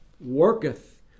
worketh